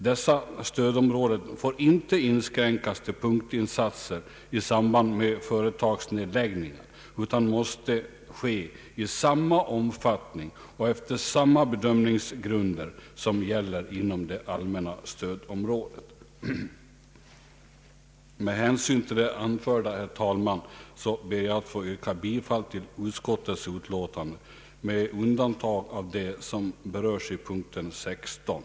Dessa stödåtgärder får inte inskränkas till punktinsatser i samband med företagsnedläggningar utan måste ske i samma omfattning och efter samma bedömningsgrunder som gäller inom det allmänna stödområdet.” Med hänsyn till det anförda, herr talman, kommer jag att yrka bifall till utskottets hemställan i statsutskottets utlåtande nr 103 med undantag av vad som berörs i punkt 16.